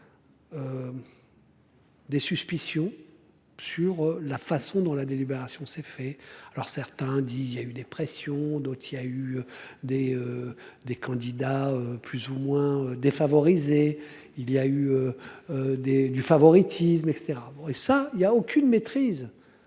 Des suspicions sur la façon dont la délibération, c'est fait. Alors certains dit il y a eu des pressions d'autres il y a eu des. Des candidats plus ou moins défavorisés. Il y a eu. Des du favoritisme et etc. Et ça, il y a aucune maîtrise.